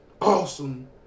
awesome